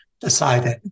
decided